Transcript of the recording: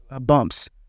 bumps